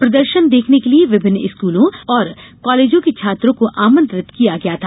प्रदर्शन देखने के लिए विभिन्न स्कूलों और कॉलेजों के छात्रों को आमंत्रित किया गया था